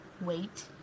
wait